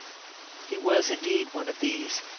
he was indeed one of these,